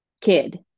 kid